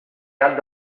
gat